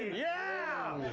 yeah!